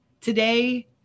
Today